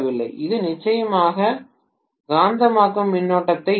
இது நிச்சயமாக காந்தமாக்கும் மின்னோட்டத்தை ஈர்க்கும்